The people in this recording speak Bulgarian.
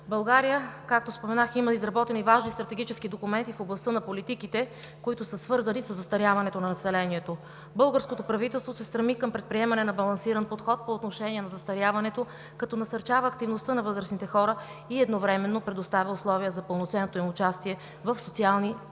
България, както споменах, има изработени важни стратегически документи в областта на политиките, които са свързани със застаряването на населението. Българското правителство се стреми към предприемане на балансиран подход по отношение на застаряването, като насърчава активността на възрастните хора и едновременно предоставя условия за пълноценното им участие в социален и